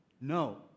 No